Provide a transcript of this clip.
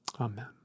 Amen